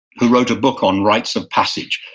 who wrote a book on rites of passage,